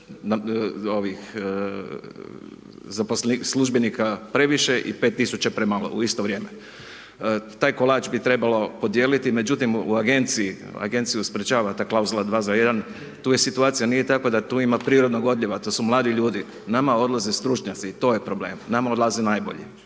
službenika previše i 5 tisuća premalo u isto vrijeme. Taj kolač bi trebalo podijeliti. Međutim, u agenciji, agenciju sprječava ta klauzula 2 za 1, tu je situacija, nije takva da tu ima prirodnog odljeva, tu su mladi ljudi, nama odlaze stručnjaci, to je problem. Nama odlaze najbolji.